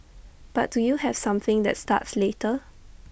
but do you have something that starts later